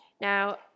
Now